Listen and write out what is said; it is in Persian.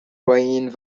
پایین